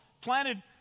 Planted